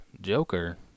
Joker